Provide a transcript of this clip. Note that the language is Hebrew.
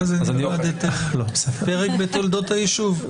אחרי זה נלמד פרק בתולדות היישוב.